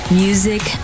music